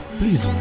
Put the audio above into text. please